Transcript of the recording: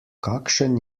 kakšen